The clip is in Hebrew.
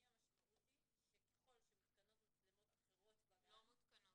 האם המשמעות היא שככל שמותקנות מצלמות אחרות בגן --- לא מותקנות.